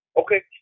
Okay